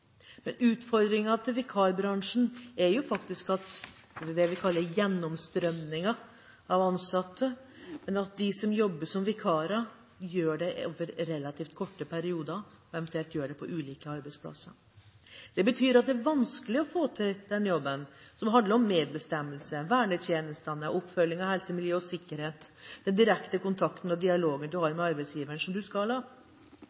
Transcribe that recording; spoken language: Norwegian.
til vikarbransjen er gjennomstrømningen av ansatte, at de som jobber som vikarer, gjør det over relativt korte perioder, eventuelt på ulike arbeidsplasser. Det betyr at det er vanskelig å få til den jobben som handler om medbestemmelse, vernetjenester, oppfølging av helse, miljø og sikkerhet – den direkte kontakten og dialogen man skal ha